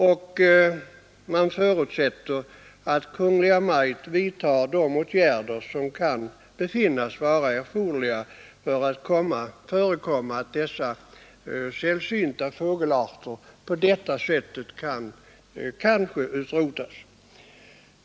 Utskottet förutsätter att Kungl. Maj:t vidtar de åtgärder som kan befinnas erforderliga för att förebygga att sällsynta fågelarter på detta sätt utrotas.